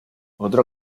otro